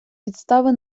підстави